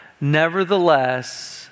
Nevertheless